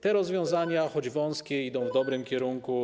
Te rozwiązania, choć wąskie, idą w dobrym kierunku.